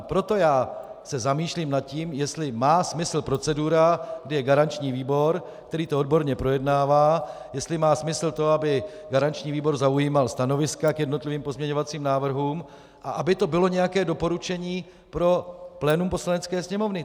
Proto se zamýšlím nad tím, jestli má smysl procedura, kdy je garanční výbor, který to odborně projednává, jestli má smysl to, aby garanční výbor zaujímal stanoviska k jednotlivým pozměňovacím návrhům a aby to bylo nějaké doporučení pro plénum Poslanecké sněmovny.